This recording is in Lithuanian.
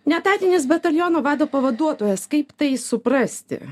neetatinis bataliono vado pavaduotojas kaip tai suprasti